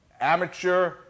amateur